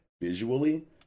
visually